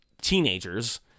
teenagers